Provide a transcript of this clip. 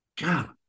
God